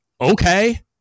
okay